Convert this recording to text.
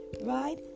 right